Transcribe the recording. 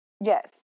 Yes